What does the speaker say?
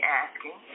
asking